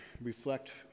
reflect